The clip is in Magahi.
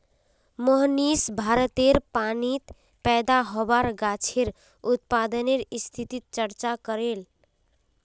मोहनीश भारतेर पानीत पैदा होबार गाछेर उत्पादनेर स्थितिर चर्चा करले